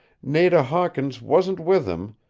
nada hawkins wasn't with him,